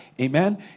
amen